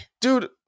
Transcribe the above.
Dude